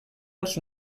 als